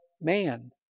man